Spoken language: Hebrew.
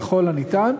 ככל הניתן,